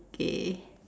okay